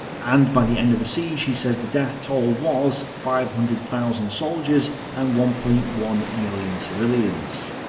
and by the end of the siege, he says the death toll was five hundred thousand soldiers and one point one million civilians.